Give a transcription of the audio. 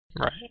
Right